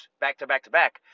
back-to-back-to-back